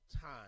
time